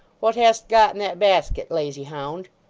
what hast got in that basket, lazy hound